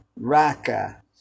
Raka